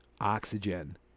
oxygen